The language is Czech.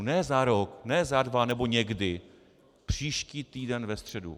Ne za rok, ne za dva nebo někdy, příští týden ve středu.